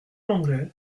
l’anglais